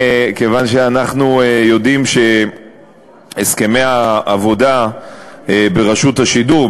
כיוון שאנחנו יודעים שהסכמי העבודה ברשות השידור,